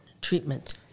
treatment